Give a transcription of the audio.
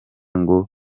ngo